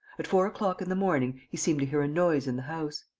at four o'clock in the morning he seemed to hear a noise in the house.